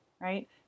right